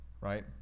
right